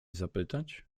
zapytać